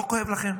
לא כואב לכם?